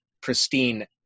pristine